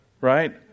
right